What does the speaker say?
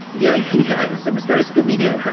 yeah. yeah it's um it's very scooby doo,